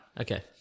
Okay